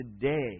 today